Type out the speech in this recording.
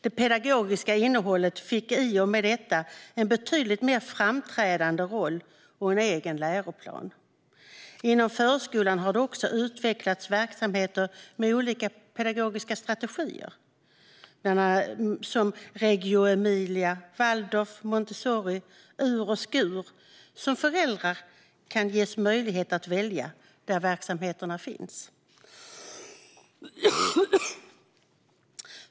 Det pedagogiska innehållet fick i och med detta en betydligt mer framträdande roll och en egen läroplan. Inom förskolan har det också utvecklats verksamheter med olika pedagogiska strategier som bland annat Reggio Emilia, Waldorf, Montessori och ur och skur, som föräldrar kan ges möjlighet att välja där verksamheterna finns.